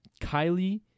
Kylie